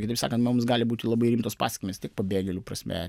kitaip sakant mums gali būti labai rimtos pasekmės tiek pabėgėlių prasme